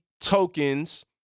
tokens